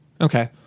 Okay